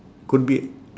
could be